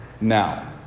now